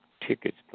tickets